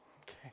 Okay